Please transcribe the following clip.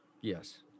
yes